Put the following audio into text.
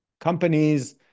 companies